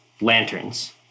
lanterns